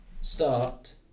Start